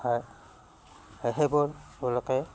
হয় সেই সেইবোৰলৈকে